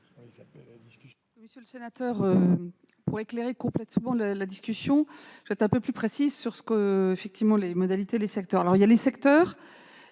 Monsieur le sénateur, pour éclairer complètement notre discussion, je vais être un peu plus précise sur les modalités, les secteurs, les catégories de